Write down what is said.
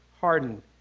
hardened